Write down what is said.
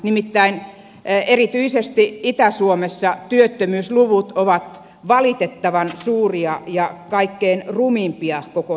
nimittäin erityisesti itä suomessa työttömyysluvut ovat valitettavan suuria ja kaikkein rumimpia koko suomessa